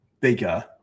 bigger